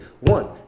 one